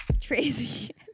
Tracy